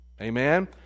amen